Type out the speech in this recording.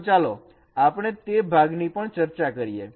તો ચાલો આપણે તે ભાગની પણ ચર્ચા કરીએ